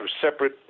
separate